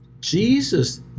Jesus